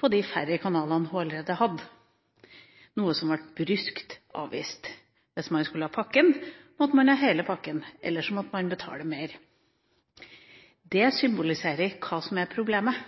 på de færre kanalene hun allerede hadde – noe som ble bryskt avvist. Hvis man skulle ha pakken, måtte man ha hele pakken, ellers måtte man betale mer. Dette symboliserer hva som er problemet.